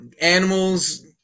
animals